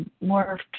more